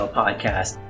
podcast